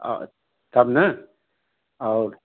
और तब न और